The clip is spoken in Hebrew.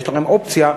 יש לכם אופציה,